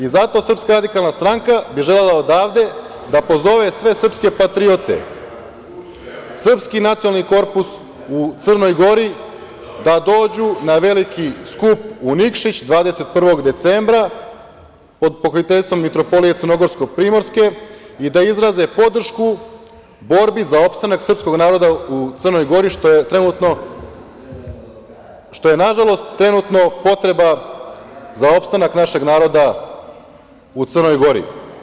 I zato SRS bi želela odavde da pozove sve srpske patriote, srpski nacionalni korpus u Crnoj Gori da dođu na veliki skup u Nikšić 21. decembra, pod pokroviteljstvom Mitropolije crnogorko-primorske i da izraze podršku borbi za opstanak srpskog naroda u Crnoj Gori, što je na žalost trenutno potreba za opstanak našeg naroda u Crnoj Gori.